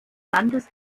landes